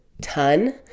ton